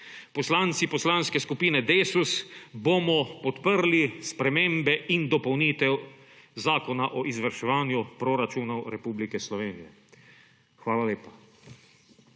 Poslanci Poslanske skupine Desus bomo podprli spremembe in dopolnitev Zakona o izvrševanju proračunov Republike Slovenije. Hvala lepa.